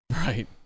Right